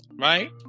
Right